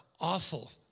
awful